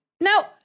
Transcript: Now